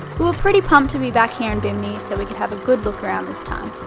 were pretty pumped to be back here in bimini, so we could have a good look around this time.